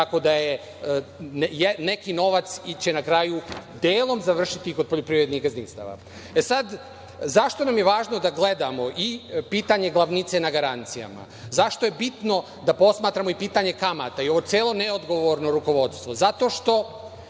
tako da će neki novac na kraju delom završiti kod poljoprivrednih gazdinstava? Zašto nam je važno da gledamo i pitanje glavnice na garancijama? Zašto je bitno da posmatramo pitanja kamata i ovo celo neodgovorno rukovodstvo? Zato što